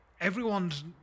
everyone's